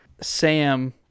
Sam